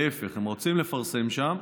להפך, הם רוצים לפרסם שם,